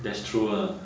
that's true lah